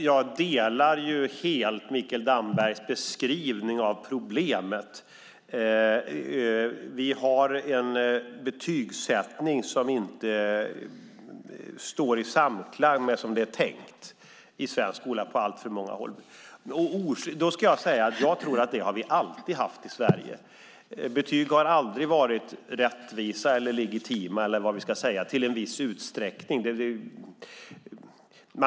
Fru talman! Jag delar helt Mikael Dambergs beskrivning av problemet. Vi har på alltför många håll i svensk skola en betygssättning som inte står i samklang med det som det är tänkt. Jag tror att vi alltid har haft det i Sverige. Betyg har aldrig varit rättvisa eller legitima, eller vad vi ska säga, mer än i viss utsträckning.